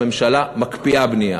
הממשלה מקפיאה בנייה.